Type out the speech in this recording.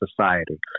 society